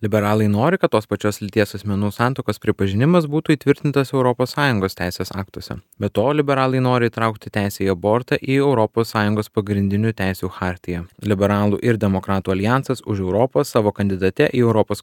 liberalai nori kad tos pačios lyties asmenų santuokos pripažinimas būtų įtvirtintas europos sąjungos teisės aktuose be to liberalai nori įtraukti teisę į abortą į europos sąjungos pagrindinių teisių chartiją liberalų ir demokratų aljansas už europą savo kandidate į europos